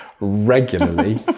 regularly